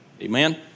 Amen